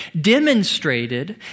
demonstrated